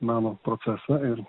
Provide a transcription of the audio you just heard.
meno procesą ir